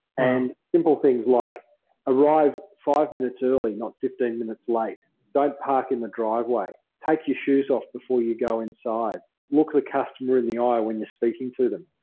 and simple things like arrive five minutes early, not fifteen minutes late. don't park in the driveway. take your shoes off before you go inside. look the customer in the eye when you're speaking to them.